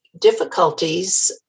difficulties